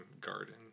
garden